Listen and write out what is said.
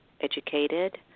educated